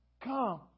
Come